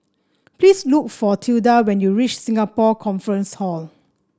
please look for Tilda when you reach Singapore Conference Hall